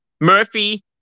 Murphy